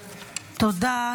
תודה.